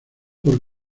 por